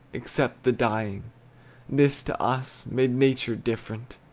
except the dying this to us made nature different.